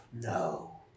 No